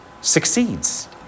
succeeds